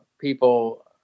People